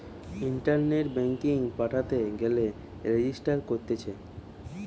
ইন্টারনেটে ব্যাঙ্কিং পাঠাতে গেলে রেজিস্টার করতিছে